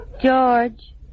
George